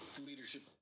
leadership –